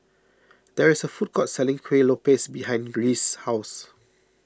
there is a food court selling Kueh Lopes behind Reese's house